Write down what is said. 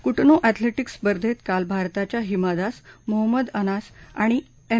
कुटनो athletics स्पर्धेत काल भारताच्या हिमा दास मोहम्मद अनास आणि एम